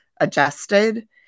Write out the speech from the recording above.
adjusted